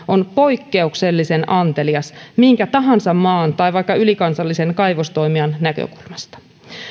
on poikkeuksellisen antelias minkä tahansa maan tai vaikka ylikansallisen kaivostoimijan näkökulmasta